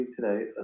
today